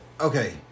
okay